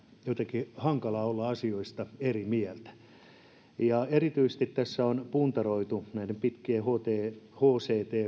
jotenkin hankalaa olla asioista eri mieltä erityisesti tässä on puntaroitu näiden pitkien hct